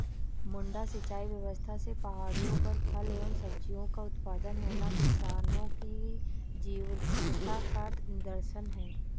मड्डा सिंचाई व्यवस्था से पहाड़ियों पर फल एवं सब्जियों का उत्पादन होना किसानों की जीवटता का निदर्शन है